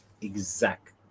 exact